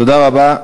תודה רבה.